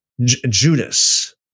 Judas